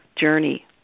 journey